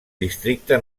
districte